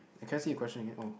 can I see the question again oh